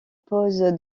pose